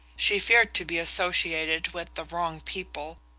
she feared to be associated with the wrong people,